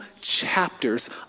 chapters